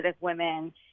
women